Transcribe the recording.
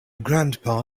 grandpa